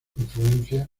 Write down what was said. influencia